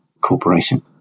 Corporation